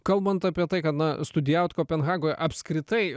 kalbant apie tai kad na studijavot kopenhagoj apskritai